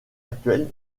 actuelle